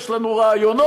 יש לנו רעיונות,